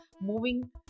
moving